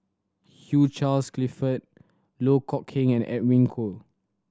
Hugh Charles Clifford Loh Kok Heng and Edwin Koek